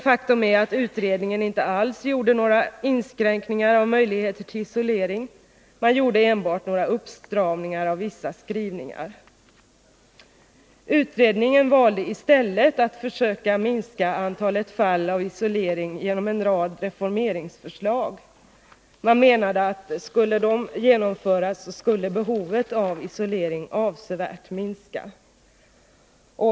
Faktum är att utredningen inte alls gjorde några inskränkningar av möjligheter till isolering — man gjorde enbart några uppstramningar av vissa skrivningar. Utredningen valde i stället att försöka minska antalet fall av isolering genom en rad reformeringsförslag — man menar att skulle dessa genomföras skulle behovet av isolering avsevärt minska.